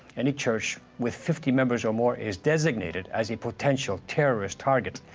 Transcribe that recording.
any church with fifty members or more is designated as a potential terrorist target,